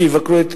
יבקרו,